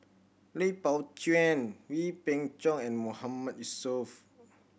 Lui Pao Chuen Wee Beng Chong and Mahmood Yusof